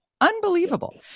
Unbelievable